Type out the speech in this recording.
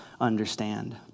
understand